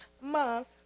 month